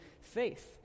faith